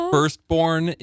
firstborn